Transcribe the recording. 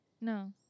no